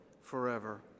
forever